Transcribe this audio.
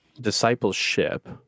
discipleship